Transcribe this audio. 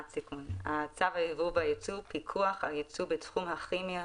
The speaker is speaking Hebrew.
צו היבוא והיצוא (פיקוח על ייצוא בתחום הכימי,